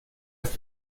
ist